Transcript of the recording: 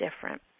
different